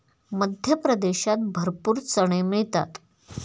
मध्य प्रदेशात भरपूर चणे मिळतात